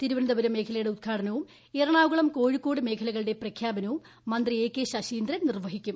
തിരുവന്തപുരം മേഖലയുടെ ഉദ്ഘാടനവും എറണാകുളം കോഴിക്കോട് മേഖലകളുടെ പ്രഖ്യാപനവും മന്ത്രി ശശീന്ദ്രൻ നിർവ്വഹിക്കും